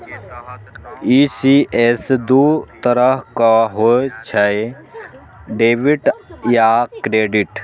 ECS दू तरहक होइ छै, डेबिट आ क्रेडिट